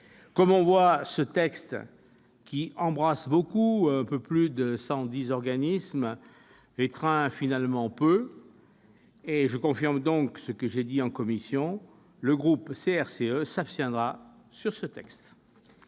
Comme on le voit, ce texte qui embrasse beaucoup- on parle de cent quatorze organismes -étreint finalement peu. Je confirme ce que j'ai dit en commission : le groupe CRCE s'abstiendra sur ce texte.